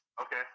okay